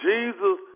Jesus